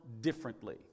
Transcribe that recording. differently